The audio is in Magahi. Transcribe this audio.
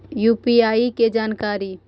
यु.पी.आई के जानकारी?